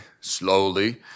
slowly